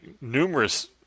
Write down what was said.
numerous